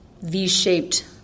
V-shaped